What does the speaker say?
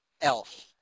Elf